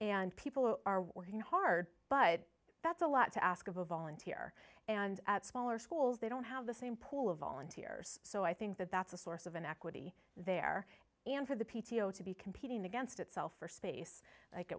and people are working hard but that's a lot to ask of a volunteer and at smaller schools they don't have the same pool of volunteers so i think that that's a source of inequity there and for the p t o to be competing against itself for space